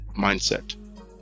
mindset